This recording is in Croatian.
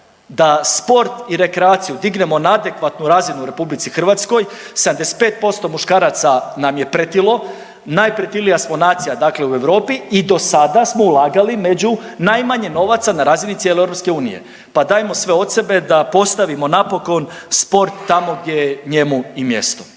da sport i rekreaciju dignemo na adekvatnu razinu u RH, 75% muškaraca nam je pretilo, najpretilija smo nacija dakle u Europi dosada smo ulagali među najmanje novaca na razini cijele EU, pa dajmo sve od sebe da postavimo napokon sport tamo gdje je njemu i mjesto.